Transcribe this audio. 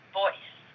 voice